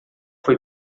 foi